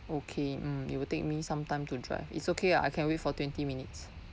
okay mm it will take me some time to drive it's okay ah I can wait for twenty minutes